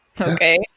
Okay